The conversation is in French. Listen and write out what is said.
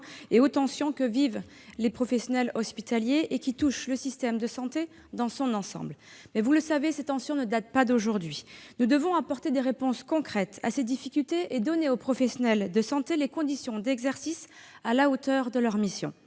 aux tensions que vivent les professionnels hospitaliers et qui touchent le système de santé dans son ensemble. Vous le savez, monsieur le sénateur, ces tensions ne datent pas d'aujourd'hui. Nous devons apporter des réponses concrètes à ces difficultés et offrir aux professionnels de santé les conditions d'exercice à la hauteur de leur mission.